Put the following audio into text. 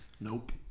Nope